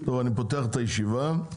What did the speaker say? אני פותח את הישיבה,